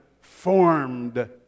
formed